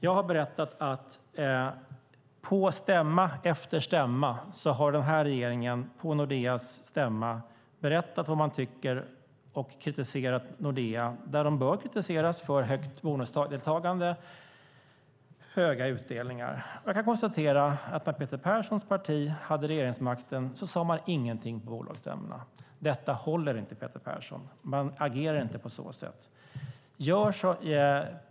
Jag har berättat att denna regering på stämma efter stämma i Nordea har sagt vad man tycker och kritiserat Nordea där de bör kritiseras för högt bonusdeltagande och höga utdelningar. Jag kan konstatera att när Peter Perssons parti hade regeringsmakten sade man ingenting på bolagsstämmorna. Detta håller inte, Peter Persson. Man agerar inte på ett sådant sätt.